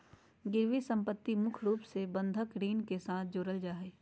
गिरबी सम्पत्ति मुख्य रूप से बंधक ऋण के साथ जोडल जा हय